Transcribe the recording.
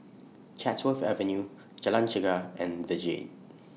Chatsworth Avenue Jalan Chegar and The Jade